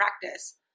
practice